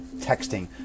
texting